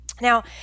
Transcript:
Now